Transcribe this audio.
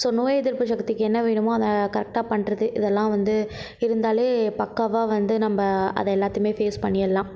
so நோய் எதிர்ப்பு சக்திக்கு என்ன வேணுமோ அதை கரெக்ட்டா பண்ணுறது இதெல்லாம் வந்து இருந்தால் பக்காவாக வந்து நம்ம அதை எல்லாத்தையும் ஃபேஸ் பண்ணிடலாம்